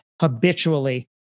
habitually